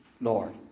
Lord